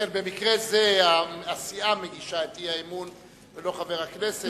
במקרה זה, הסיעה מגישה את האי-אמון ולא חבר הכנסת.